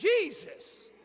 Jesus